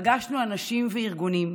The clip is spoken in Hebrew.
פגשנו אנשים וארגונים,